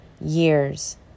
years